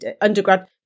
undergrad